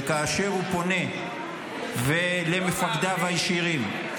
וכאשר הוא פונה למפקדיו הישירים -- לא מאמין,